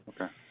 Okay